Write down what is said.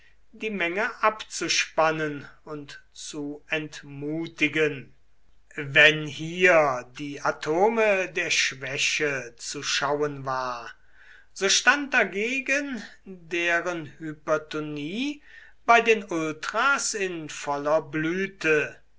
die menge abzuspannen und zu entmutigen wenn hier die atome der schwäche zu schauen war so stand dagegen deren hypertonie bei den ultras in voller blüte